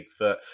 bigfoot